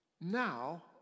now